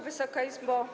Wysoka Izbo!